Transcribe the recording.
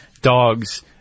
dogs